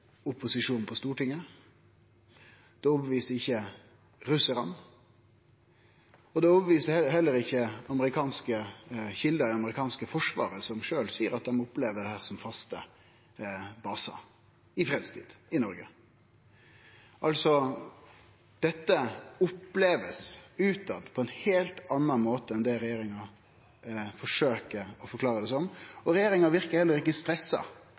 opposisjonen på Stortinget, ikkje russarane og heller ikkje kjelder i det amerikanske forsvaret, som sjølve seier at dei opplever dette som faste basar – i fredstid i Noreg. Dette blir altså opplevd utanfrå på ein heilt annan måte enn det regjeringa forsøkjer å forklare det som. Regjeringa verkar heller ikkje stressa